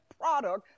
product